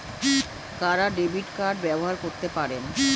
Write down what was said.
কারা debit card ব্যবহার করতে পারেন?